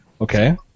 Okay